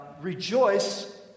Rejoice